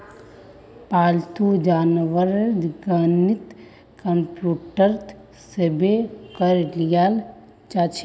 पालतू जानवरेर गिनती कंप्यूटरत सेभ करे लियाल जाछेक